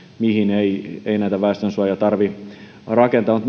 mihin ei ei näitä väestönsuojia tarvitse rakentaa